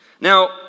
Now